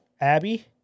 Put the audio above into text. Abby